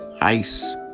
Ice